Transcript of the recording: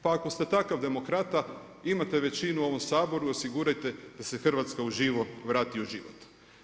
Pa ako ste takav demokrata, imate većinu u ovom Saboru, osigurajte da se „Hrvatska uživo“ vrati u život.